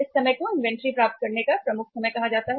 इस समय को इन्वेंट्री प्राप्त करने का प्रमुख समय कहा जाता है